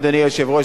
אדוני היושב-ראש,